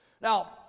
Now